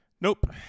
Nope